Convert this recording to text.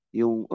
yung